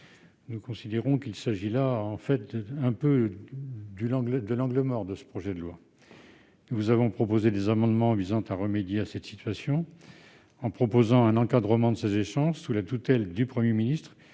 Nous considérons qu'il s'agit en quelque sorte de l'angle mort du projet de loi et avons déposé des amendements visant à remédier à cette situation, en proposant un encadrement de ces échanges sous la tutelle du Premier ministre